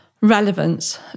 relevance